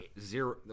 zero